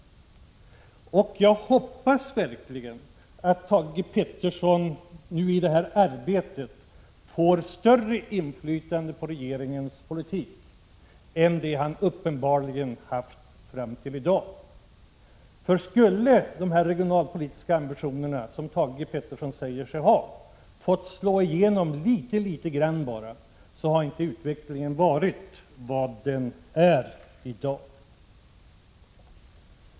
Jag hoppas verkligen att Thage Peterson i sitt arbete härvidlag nu får större inflytande på regeringens politik än han uppenbarligen har haft fram till i dag. Skulle de regionalpolitiska ambitioner som Thage Peterson säger sig ha fått slå igenom bara litet grand, hade inte utvecklingen sett ut som den gör i dag.